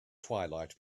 twilight